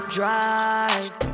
drive